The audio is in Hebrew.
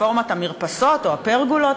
רפורמת המרפסות או הפרגולות,